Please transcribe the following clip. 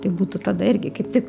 tai būtų tada irgi kaip tik